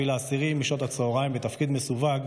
באוקטובר משעות הצוהריים בתפקיד מסווג,